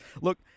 look